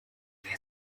wer